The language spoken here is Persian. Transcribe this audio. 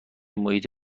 محیط